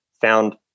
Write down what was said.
found